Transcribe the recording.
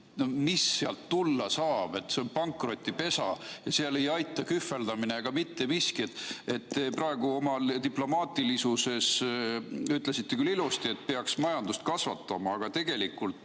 mis sealt tulla saab? See on pankrotipesa ja seal ei aita kühveldamine ega mitte miski. Te praegu oma diplomaatilisuses ütlesite küll ilusti, et peaks majandust kasvatama, aga tegelikult